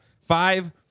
five